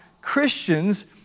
Christians